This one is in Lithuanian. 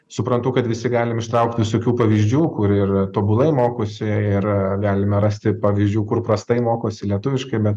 suprantu kad visi galim ištraukt visokių pavyzdžių kur ir tobulai mokosi ir galime rasti pavyzdžių kur prastai mokosi lietuviškai bet